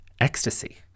ecstasy